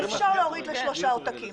אפשר להוריד לשלושה עותקים.